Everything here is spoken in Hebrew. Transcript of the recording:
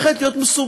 והופכת להיות מסובכת.